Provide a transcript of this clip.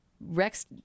Rex